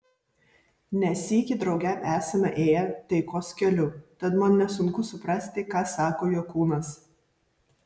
ne sykį drauge esame ėję taikos keliu tad man nesunku suprasti ką sako jo kūnas